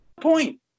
point